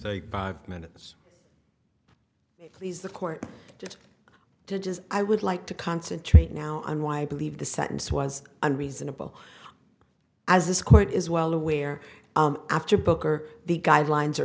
baby five minutes please the court just to just i would like to concentrate now on why i believe the sentence was unreasonable as this quite is well aware after booker the guidelines